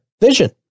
vision